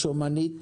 יש אומנית